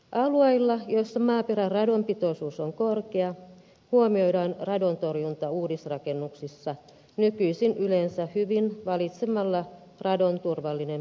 alueilla joissa maaperän radonpitoisuus on korkea huomioidaan radontorjunta uudisrakennuksissa nykyisin yleensä hyvin valitsemalla radonturvallinen perustamistapa